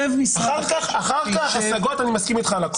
אחר כך בהשגות אני מסכים איתך על הכול.